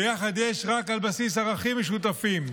ביחד יש רק על בסיס ערכים משותפים,